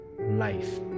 life